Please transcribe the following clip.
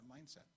mindset